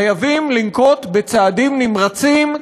חייבים לנקוט צעדים נמרצים,